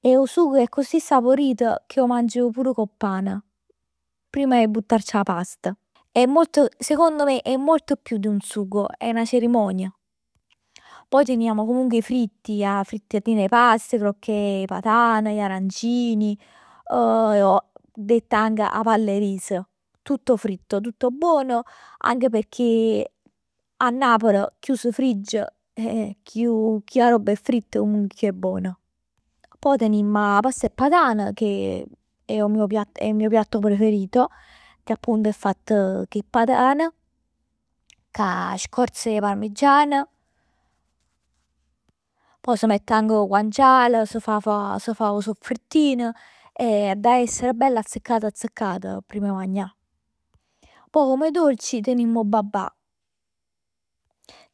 E 'o sugo è accussì sapurit che 'o magn pur cu 'o pan. Prima 'e buttarci 'a past. È molto, secondo me è molto più di un sugo, è 'na cerimonia. Poj teniamo comunque 'e fritti, 'a frittatin 'e pasta, 'e crocchè 'e patan. Gli arancini, detta anche 'a pall 'e riso. Tutto fritto, tutto buono, anche pecchè a Napl chiù s' frigg e chiù chiù 'a robb è fritt e chiù è bon. Poj tenimm 'a past 'e patan che è il mio piatto preferito, che appunto è fatt cu 'e patan, cu 'a scorz 'e parmigian, pò s' mett anche 'o guanciale, s' fa, s' fa 'o soffrittin e adda essere bell azzeccat azzeccat primm 'e magnà. Pò come dolci tenimm 'o babà.